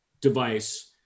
device